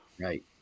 Right